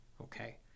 Okay